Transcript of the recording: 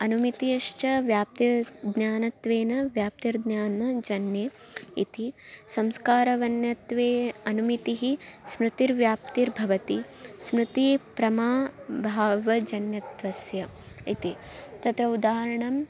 अनुमितिश्च व्याप्तौ ज्ञानत्वेन व्याप्तिर्ज्ञानं जन्ये इति संस्कारवन्यत्वे अनुमितिः स्मृतिर्व्याप्तिर्भवति स्मृतिः प्रमा भावजन्यत्वस्य इति तत्र उदाहरणं